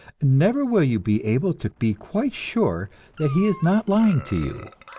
never will you be able to be quite sure that he is not lying to you,